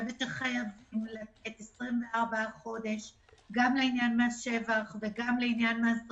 חייבים לתת 24 חודש גם לעניין מס שבח וגם לעניין מס רכישה.